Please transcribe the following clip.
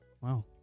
Wow